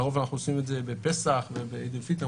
לרוב אנחנו עושים את זה בפסח ובעיד אל-פיטר,